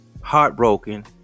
heartbroken